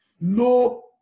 No